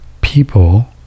people